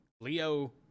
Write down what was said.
Leo